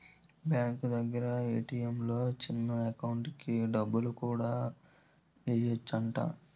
bank దగ్గర ATM లో నుంచి ఎకౌంటుకి డబ్బులు కూడా ఎయ్యెచ్చట